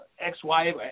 ex-wife